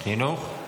חינוך?